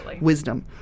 wisdom